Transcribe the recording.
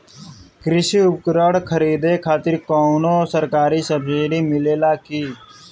कृषी उपकरण खरीदे खातिर कउनो सरकारी सब्सीडी मिलेला की?